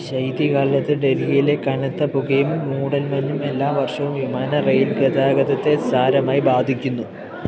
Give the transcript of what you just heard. ശൈത്യകാലത്ത് ഡൽഹിയിലെ കനത്ത പുകയും മൂടൽമഞ്ഞും എല്ലാ വർഷവും വിമാന റെയിൽ ഗതാഗതത്തെ സാരമായി ബാധിക്കുന്നു